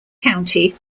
county